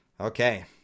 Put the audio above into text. Okay